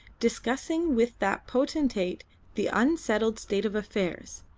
discussing with that potentate the unsettled state of affairs,